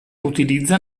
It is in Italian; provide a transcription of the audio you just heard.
utilizza